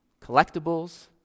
collectibles